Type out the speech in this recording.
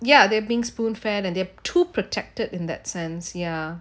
yeah they're being spoon fed and they're too protected in that sense ya